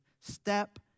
step